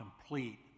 complete